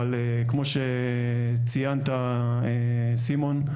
אבל כמו שציינת סימון,